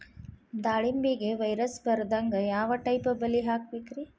ದಾಳಿಂಬೆಗೆ ವೈರಸ್ ಬರದಂಗ ಯಾವ್ ಟೈಪ್ ಬಲಿ ಹಾಕಬೇಕ್ರಿ?